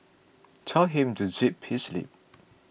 tell him to zip his lip